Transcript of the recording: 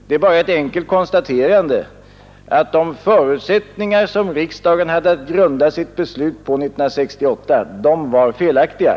Det är bara ett enkelt konstaterande av att de förutsättningar Nr 37 som riksdagen hade att grunda sitt beslut på 1968 var felaktiga.